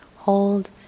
Hold